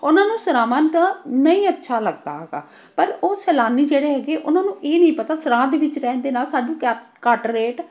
ਉਹਨਾਂ ਨੂੰ ਸਰਾਵਾਂ ਦਾ ਨਹੀਂ ਅੱਛਾ ਲੱਗਦਾ ਹੈਗਾ ਪਰ ਉਹ ਸੈਲਾਨੀ ਜਿਹੜੇ ਹੈਗੇ ਉਹਨਾਂ ਨੂੰ ਇਹ ਨਹੀਂ ਪਤਾ ਸਰਾਂ ਦੇ ਵਿੱਚ ਰਹਿਣ ਦੇ ਨਾਲ ਸਾਨੂੰ ਕਾ ਘੱਟ ਰੇਟ